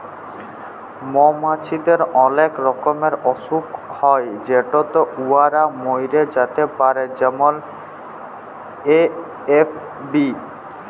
মমাছিদের অলেক রকমের অসুখ হ্যয় যেটতে উয়ারা ম্যইরে যাতে পারে যেমল এ.এফ.বি